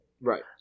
Right